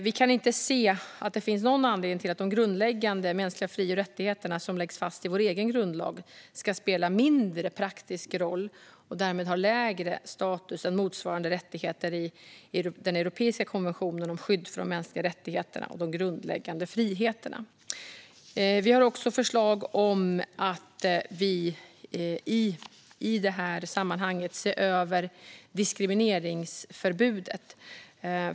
Vi kan inte se att det finns någon anledning till att de grundläggande mänskliga fri och rättigheter som läggs fast i vår egen grundlag ska spela mindre praktisk roll och därmed ha lägre status än motsvarande rättigheter i den europeiska konventionen om skydd för de mänskliga rättigheterna och de grundläggande friheterna. Vi har också förslag om att i detta sammanhang se över diskrimineringsförbudet.